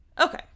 Okay